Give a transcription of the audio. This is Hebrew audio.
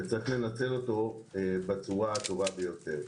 ויש לנצלו בצורה הטובה ביותר.